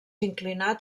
inclinat